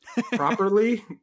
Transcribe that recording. properly